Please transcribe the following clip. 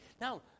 Now